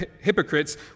hypocrites